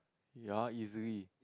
ya easily